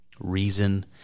reason